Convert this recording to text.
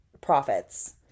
profits